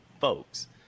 folks